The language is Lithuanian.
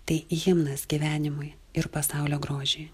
tai himnas gyvenimui ir pasaulio grožiui